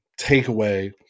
takeaway